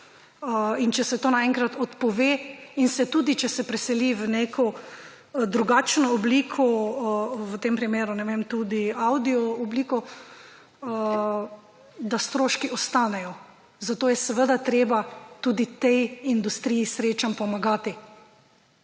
in če se to naenkrat odpove in se tudi, če se preseli v neko drugačno obliko, v tem primeru, ne vem, tudi avdio obliko, da stroški ostanejo. Zato je seveda treba tudi tej industriji srečanj pomagati,